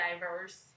diverse